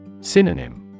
Synonym